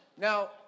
Now